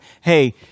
hey